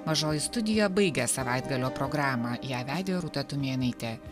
mažoji studija baigia savaitgalio programą ją vedė rūta tumėnaitė